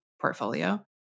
portfolio